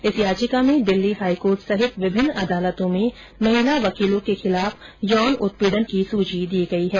इस जनहित याचिका में दिल्ली हाईकोर्ट सहित विभिन्न अदालतों में महिला वकीलों के खिलाफ यौन उत्पीडन की सूची दी गई है